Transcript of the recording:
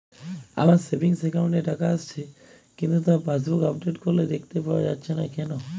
আমার savings account এ টাকা আসছে কিন্তু তা পাসবুক আপডেট করলে দেখতে পাওয়া যাচ্ছে না কেন?